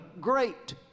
great